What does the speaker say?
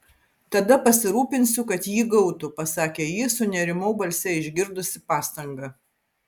tada pasirūpinsiu kad jį gautų pasakė ji sunerimau balse išgirdusi pastangą